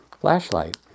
flashlight